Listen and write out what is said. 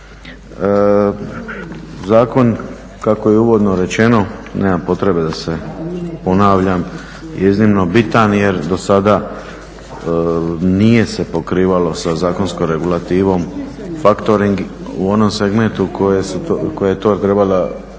Zakon, kako je uvodno rečeno nema potrebe da se ponavljam, je iznimno bitan jer dosada nije se pokrivalo sa zakonskom regulativo faktoring u onom segmentu koje je to trebala,